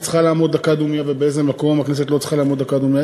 צריכה לעמוד דקה דומייה ובאיזה מקום הכנסת לא צריכה לעמוד דקה דומייה.